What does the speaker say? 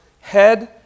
head